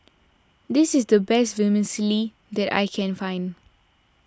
this is the best Vermicelli that I can find